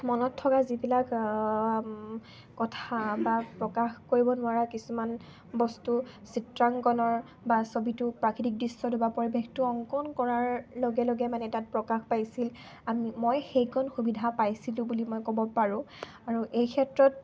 মনত থকা যিবিলাক কথা বা প্ৰকাশ কৰিব নোৱাৰা কিছুমান বস্তু চিত্ৰাংকণৰ বা ছবিটো প্ৰাকৃতিক দৃশ্যটো বা পৰিৱেশটো অংকন কৰাৰ লগে লগে মানে তাত প্ৰকাশ পাইছিল আমি মই সেইকণ সুবিধা পাইছিলোঁ বুলি মই ক'ব পাৰোঁ আৰু এই ক্ষেত্ৰত